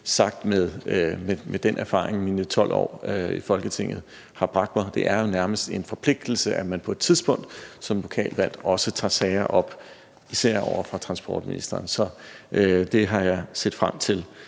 sagt med den erfaring, mine 12 år Folketinget har bragt mig. Det er jo nærmest en forpligtelse, at man på et tidspunkt som lokalt valgt også tager sager op, især over for transportministeren. Så det har jeg set frem til.